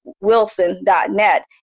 Wilson.net